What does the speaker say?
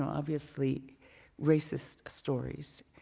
obviously racist stories,